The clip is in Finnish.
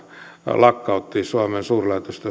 lakkautettiin suomen suurlähetystö